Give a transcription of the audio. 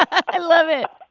i love it it